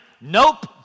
Nope